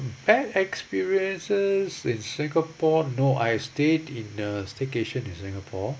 bad experiences in singapore no I stayed in a staycation in singapore